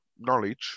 knowledge